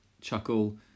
chuckle